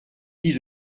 dis